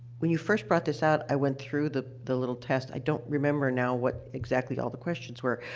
when you first brought this out, i went through the the little test. i don't remember now what, exactly, all the questions were,